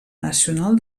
nacional